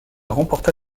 remporta